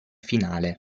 finale